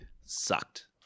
sucked